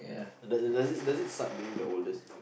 does does it does it suck being the oldest